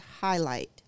highlight